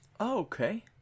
Okay